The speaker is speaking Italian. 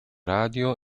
radio